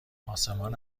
آسمان